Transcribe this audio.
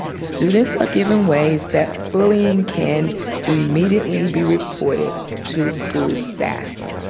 students are given ways that bullying can immediately be reported to school staff.